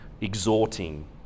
exhorting